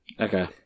Okay